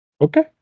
Okay